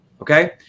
Okay